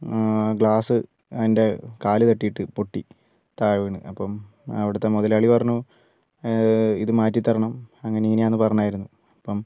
glass എൻ്റെ കാല് തട്ടിയിട്ട് പൊട്ടി താഴെ വീണ് അപ്പം അവിടുത്തെ മുതലാളി പറഞ്ഞു ഇത് മാറ്റിത്തരണം അങ്ങനെ ഇങ്ങനെയാണെന്ന് പറഞ്ഞായിരുന്നു അപ്പം